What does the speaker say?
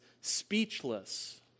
speechless